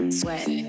sweat